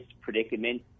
predicament